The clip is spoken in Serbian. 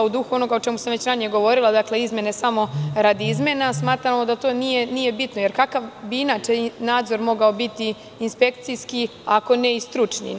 U duhu onoga o čemu sam već ranije govorila, dakle izmene samo radi izmena, smatramo da to nije bitno, jer kakav bi inače nadzor mogao biti inspekcijski ako ne i stručni?